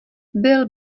byl